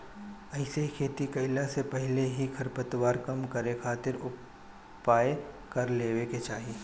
एहिसे खेती कईला से पहिले ही खरपतवार कम करे खातिर उपाय कर लेवे के चाही